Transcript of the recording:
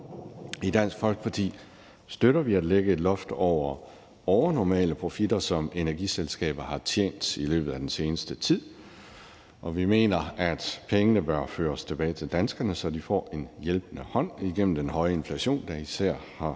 I Dansk Folkeparti støtter vi at lægge et loft over overnormale profitter, som energiselskaber har tjent i løbet af den seneste tid. Vi mener, at pengene bør føres tilbage til danskerne, så de får en hjælpende hånd igennem den høje inflation, der især har